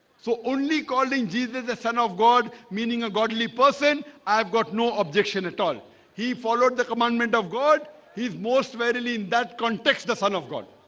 so only calling jesus the son of god meaning a godly person. i've got no objection at all he followed the commandment of god. he's most verily in that context the son of god